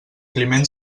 climent